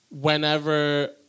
whenever